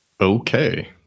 Okay